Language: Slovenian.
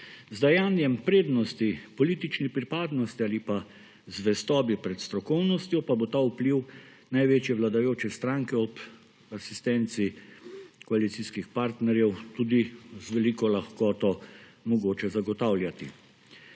Z dajanjem prednosti politični pripadnosti ali pa zvestobi pred strokovnostjo pa bo ta vpliv največje vladajoče stranke ob asistenci koalicijskih partnerjev tudi z veliko lahkoto mogoče zagotavljati.